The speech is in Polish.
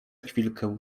chwilkę